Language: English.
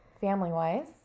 family-wise